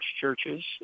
churches